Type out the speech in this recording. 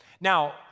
Now